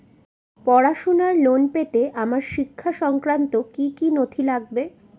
পড়াশুনোর লোন পেতে আমার শিক্ষা সংক্রান্ত কি কি নথি লাগবে?